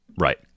right